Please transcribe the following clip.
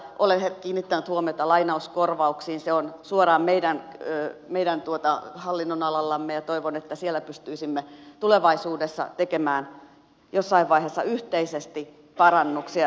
olen kiinnittänyt huomiota lainauskorvauksiin se on suoraan meidän hallinnonalallamme ja toivon että siellä pystyisimme tulevaisuudessa tekemään jossain vaiheessa yhteisesti parannuksia